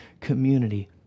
community